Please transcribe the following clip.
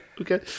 okay